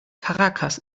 caracas